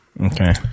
Okay